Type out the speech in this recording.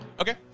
Okay